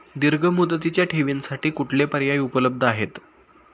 दीर्घ मुदतीच्या ठेवींसाठी कुठले पर्याय उपलब्ध आहेत?